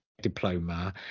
diploma